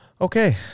Okay